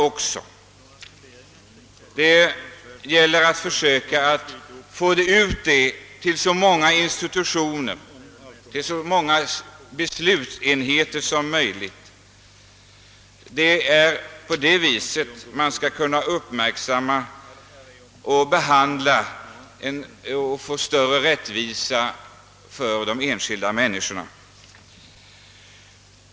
Också på det privata området måste ansvaret fördelas på så många institutioner och beslutsenheter som möjligt för att man skall erhålla största möjliga rättvisa för de enskilda människorna.